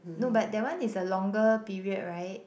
no but that one is a longer period right